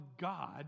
god